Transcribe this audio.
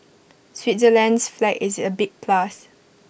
Switzerland's flag is A big plus